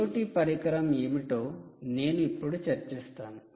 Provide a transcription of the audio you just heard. IoT పరికరం ఏమిటో నేను ఇప్పుడు చర్చిస్తాను